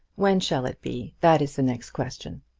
when shall it be? that is the next question.